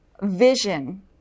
vision